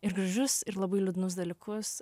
ir gražius ir labai liūdnus dalykus